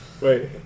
Wait